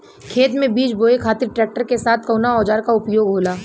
खेत में बीज बोए खातिर ट्रैक्टर के साथ कउना औजार क उपयोग होला?